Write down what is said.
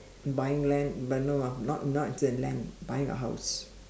buying land but no ah not not uh land buying a house